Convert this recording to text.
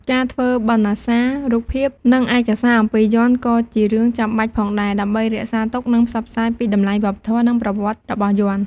ការធ្វើបណ្ណសាររូបភាព និងឯកសារអំពីយ័ន្ត ក៏ជារឿងចាំបាច់ផងដែរ ដើម្បីរក្សាទុក និងផ្សព្វផ្សាយពីតម្លៃវប្បធម៌ និងប្រវត្តិរបស់យ័ន្ត។